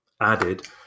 added